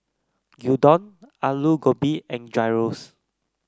Gyudon Alu Gobi and Gyros